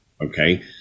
Okay